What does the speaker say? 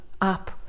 up